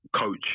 coach